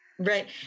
Right